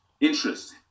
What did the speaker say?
Interest